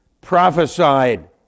prophesied